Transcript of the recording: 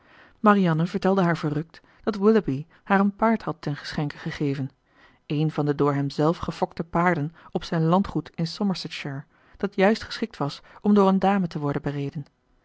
marianne vertelde haar verrukt dat willoughby haar een paard had ten geschenke gegeven een van de door hem zelf gefokte paarden op zijn landgoed in somersetshire dat juist geschikt was om door eene dame te worden bereden